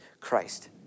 Christ